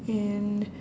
and